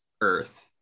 Earth